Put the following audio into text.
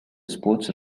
sports